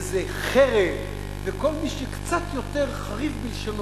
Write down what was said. איזה חרב, וכל מי שקצת יותר חריף בלשונו,